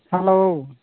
hello